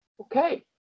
Okay